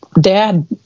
Dad